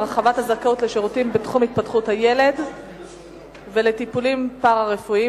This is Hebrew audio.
הרחבת הזכאות לשירותים בתחום התפתחות הילד ולטיפולים פארה-רפואיים),